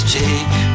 take